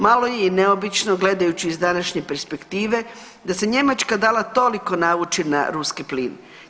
Malo je i neobično gledajući iz današnje perspektive da se Njemačka dala toliko navući na ruski plin.